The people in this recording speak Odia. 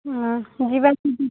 ହଁ ଯିବା ସେଠିକି